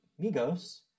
Migos